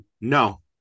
no